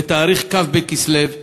בכ' בכסלו תשנ"ו,